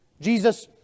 Jesus